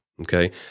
Okay